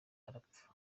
arapfa